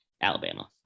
alabama